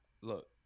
look